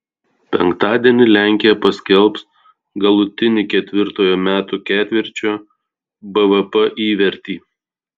penktadienį lenkija paskelbs galutinį ketvirtojo metų ketvirčio bvp įvertį